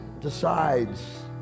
decides